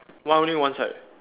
one only one side